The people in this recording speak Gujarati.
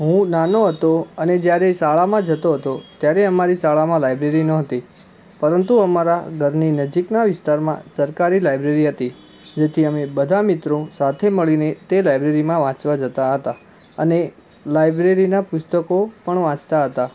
હું નાનો હતો અને જ્યારે શાળામાં જતો હતો ત્યારે અમારી શાળામાં લાઇબ્રેરી ન હતી પરંતુ અમારા ઘરની નજીકના વિસ્તારમાં સરકારી લાઇબ્રેરી હતી જેથી અમે બધા મિત્રો સાથે મળીને તે લાઇબ્રેરીમાં વાંચવા જતા હતા અને લાઇબ્રેરીના પુસ્તકો પણ વાંચતા હતા